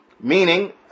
meaning